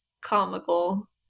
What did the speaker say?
comical